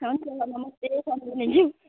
हुन्छ नमस्ते सम्धिनीज्यू